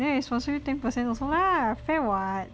then I sponsor you ten percent also lah fair [what]